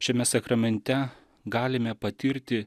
šiame sakramente galime patirti